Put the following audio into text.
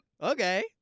okay